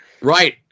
Right